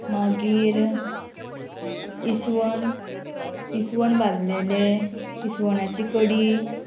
मागीर इसवण इसवण भाजलेले इसवणाची कडी